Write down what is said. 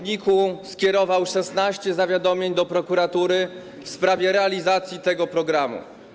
NIK skierował 16 zawiadomień do prokuratury w sprawie realizacji tego programu.